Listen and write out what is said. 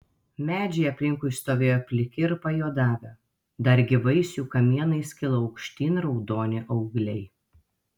medžiai aplinkui stovėjo pliki ir pajuodavę dar gyvais jų kamienais kilo aukštyn raudoni augliai